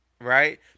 right